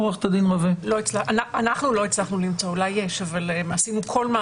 עורכת הדין רווה, בהקשר הזה